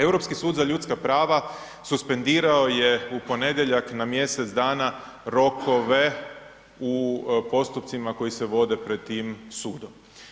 Europski sud za ljudska prava suspendirao je u ponedjeljak na mjesec dana rokove u postupcima koji se vode pred tim sudom.